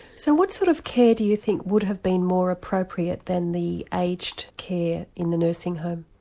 so what sort of care do you think would have been more appropriate than the aged care in the nursing home?